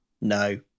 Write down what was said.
no